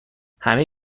همه